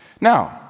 Now